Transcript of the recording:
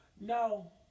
No